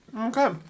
Okay